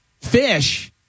Fish